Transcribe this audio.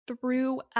throughout